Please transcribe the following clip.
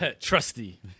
Trusty